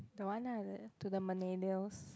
the one ah the to the millennials